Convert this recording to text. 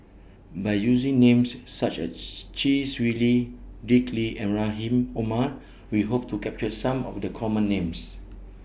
By using Names such as Chee Swee Lee Dick Lee and Rahim Omar We Hope to capture Some of The Common Names